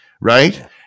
Right